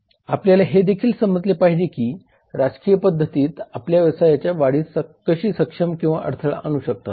आपल्याला हे देखील समजले पाहिजे की राजकीय पद्धती आपल्या व्यवसायाच्या वाढीस कशी सक्षम किंवा अडथळा आणू शकतात